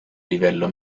livello